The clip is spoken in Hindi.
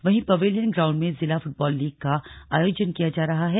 वहीं पवेलियन ग्राउंड में जिला फुटबाल लीग का आयोजन किया जा रहा है